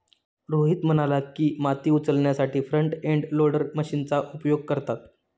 रोहित म्हणाला की, माती उचलण्यासाठी फ्रंट एंड लोडर मशीनचा उपयोग करतात